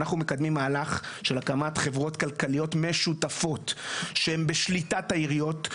אנחנו מקדמים מהלך של הקמת חברות כלכליות משותפות שהן בשליטת העיריות,